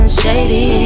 shady